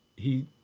he